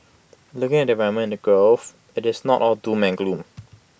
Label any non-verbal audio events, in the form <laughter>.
looking at the environment in the <unintelligible> IT is not all doom and gloom